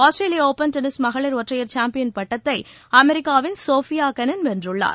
ஆஸ்திரேலிய open tennis மகளிர் ஒற்றையர் champion பட்டத்தை அமெரிக்காவின் சோஃபியா கெனின் வென்றுள்ளார்